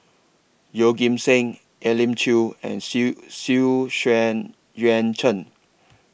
Yeoh Ghim Seng Elim Chew and Xu Xu Xuan Yuan Zhen